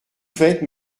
faites